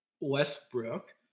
Westbrook